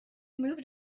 moved